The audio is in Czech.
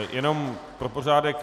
Jenom pro pořádek.